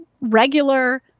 regular